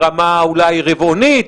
אולי ברמה רבעונית,